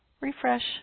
refresh